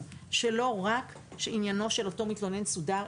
שלא רק שעניינו של אותו מתלונן סודר,